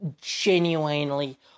genuinely